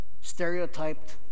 stereotyped